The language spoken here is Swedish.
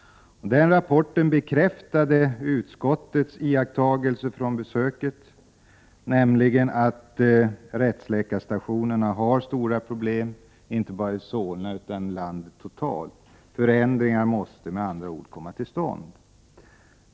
Rapporten bekräftade utskottets iakttagelser vid besöket, nämligen att rättsläkarstationerna har stora problem, inte bara i Solna utan i hela landet. Förändringar måste med andra ord komma till stånd.